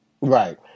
Right